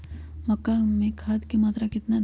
मक्का में खाद की मात्रा कितना दे?